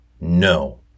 No